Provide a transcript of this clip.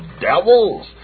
devils